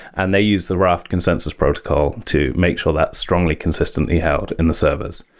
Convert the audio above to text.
and they use the raft consensus protocol to make sure that's strongly consistently held in the service,